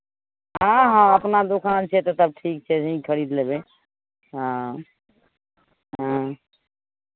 हँ हँ अपना दोकान छै तऽ तब ठीक छै तऽ यहीँ खरीद लेबै हँ हँ